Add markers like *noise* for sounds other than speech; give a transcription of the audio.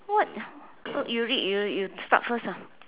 what *noise* you read you read you start first ah